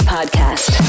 Podcast